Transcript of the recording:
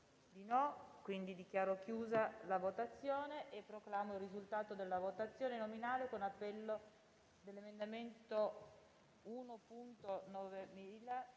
PRESIDENTE.Dichiaro chiusa la votazione. Proclamo il risultato della votazione nominale con appello dell'emendamento 1.9000